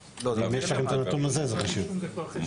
לבטח פשיעה חקלאית נקרא לזה טרור חקלאי,